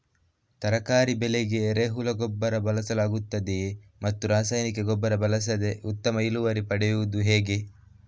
ತರಕಾರಿ ಬೆಳೆಗೆ ಎರೆಹುಳ ಗೊಬ್ಬರ ಬಳಸಲಾಗುತ್ತದೆಯೇ ಮತ್ತು ರಾಸಾಯನಿಕ ಗೊಬ್ಬರ ಬಳಸದೆ ಉತ್ತಮ ಇಳುವರಿ ಪಡೆಯುವುದು ಹೇಗೆ?